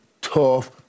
tough